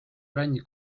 brändi